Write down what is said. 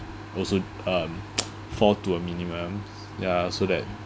also um fall to a minimum ya so that